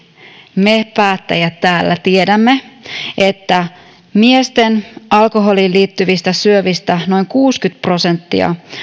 me päättäjät täällä tiedämme että miesten alkoholiin liittyvistä syövistä noin kuusikymmentä prosenttia